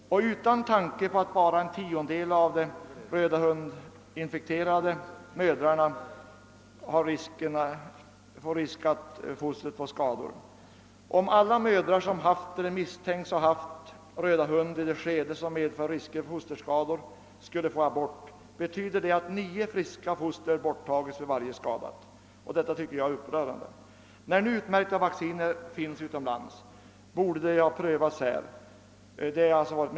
Det sker utan tanke på att bara en tiondel av de mödrar som får infektion av röda hund får skadade barn. Om alla mödrar som haft eller misstänks ha haft röda hund i det skede som medför risker för fosterskador skulle få abort, betyder detta alltså att nio friska foster borttages för varje skadat foster. Detta är upprörande. När nu utmärkta vacciner finns utomlands, borde dessa prövas här.